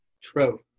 true